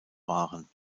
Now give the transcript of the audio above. waren